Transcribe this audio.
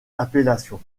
appellation